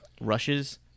rushes